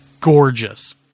gorgeous